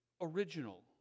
original